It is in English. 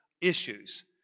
issues